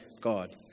God